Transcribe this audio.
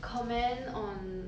comment on